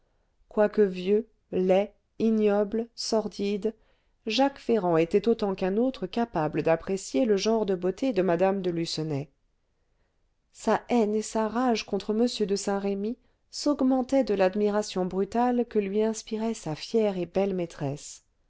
quoique vieux laid ignoble sordide jacques ferrand était autant qu'un autre capable d'apprécier le genre de beauté de mme de lucenay sa haine et sa rage contre m de saint-remy s'augmentaient de l'admiration brutale que lui inspirait sa fière et belle maîtresse